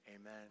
amen